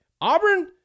Auburn